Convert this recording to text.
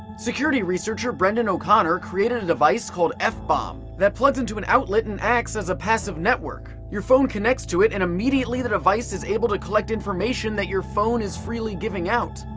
security researcher brendan o'conner created a device called f-bomb that plugs into an outlet and acts as a passive network. your phone connects to it and immediately the device is able to collect information that your phone is freely giving out.